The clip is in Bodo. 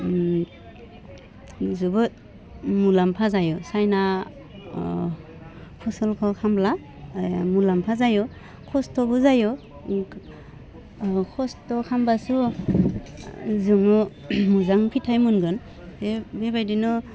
जोबोद मुलाम्फा जायो साइना फसलखौ खालामब्ला मुलाम्फा जायो खस्थ'बो जायो खस्थ' खालामबासो जोङो मोजां फिथाइ मोनगोन बे बेबायदिनो